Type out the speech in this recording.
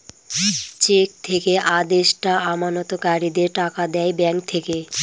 check থেকে আদেষ্টা আমানতকারীদের টাকা দেয় ব্যাঙ্ক থেকে